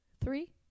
three